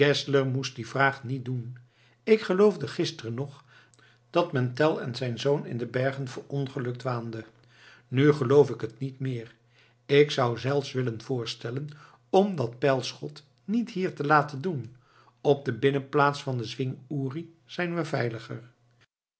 moest die vraag niet doen ik geloofde gisteren nog dat men tell en zijn zoon in de bergen verongelukt waande nu geloof ik het niet meer ik zou zelfs willen voorstellen om dat pijlschot niet hier te laten doen op de binnenplaats van den zwing uri zijn we veiliger